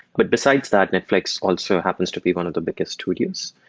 but besides that, netflix also happens to be one of the biggest tool use.